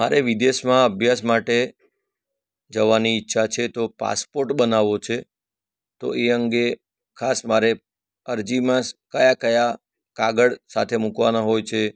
મારે વિદેશમાં અભ્યાસ માટે જવાની ઈચ્છા છે તો પાસપોર્ટ બનાવો છે તો એ અંગે ખાસ મારે અરજીમાં કયા કયા કાગળ સાથે મુકવાના હોય છે